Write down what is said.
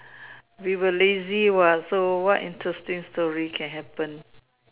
we were lazy what so what interesting story can happen